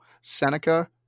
seneca